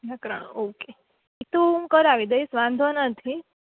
વ્યાકરણ ઓકે એતો હું કરાવી દઈશ વાંધો નથી